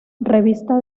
revista